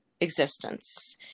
existence